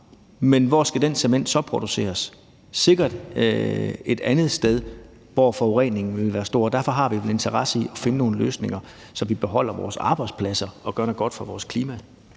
Men hvor skal den cement så produceres? Det skal den sikkert et andet sted, hvor forureningen ville være stor. Derfor har vi en interesse i at finde nogle løsninger, så vi beholder vores arbejdspladser og gør noget godt for vores klima.